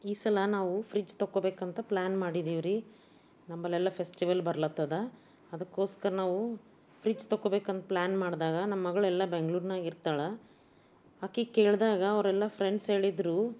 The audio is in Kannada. ಈ ಸಲ ನಾವು ಫ್ರಿಜ್ ತಗೊಳ್ಬೇಬೇಕಂತ ಪ್ಲ್ಯಾನ್ ಮಾಡಿದ್ದೀವ್ರೀ ನಂಬಳೆಲ್ಲ ಫೆಸ್ಟಿವಲ್ ಬರ್ಲತ್ತದ ಅದಕ್ಕೋಸ್ಕರ ನಾವು ಫ್ರಿಜ್ ತಗೊಳ್ಬೇಕಂತ ಪ್ಲ್ಯಾನ್ ಮಾಡಿದಾಗ ನಮ್ಮ ಮಗಳೆಲ್ಲ ಬೆಂಗ್ಳೂರಿನಾಗ ಇರ್ತಾಳೆ ಆಕೆಗೆ ಕೇಳಿದಾಗ ಅವ್ರೆಲ್ಲ ಫ್ರೆಂಡ್ಸ್ ಹೇಳಿದರು